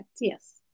Yes